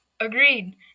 Agreed